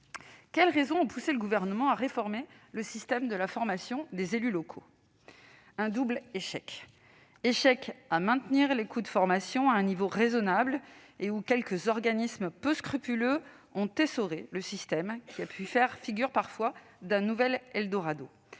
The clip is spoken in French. Quelles raisons ont poussé le Gouvernement à réformer le système de la formation des élus locaux, sinon le constat d'un double échec ? Échec à maintenir les coûts de formation à un niveau raisonnable, avec quelques organismes peu scrupuleux qui ont essoré un système ayant pu faire figure parfois de nouvel eldorado.